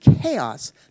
chaos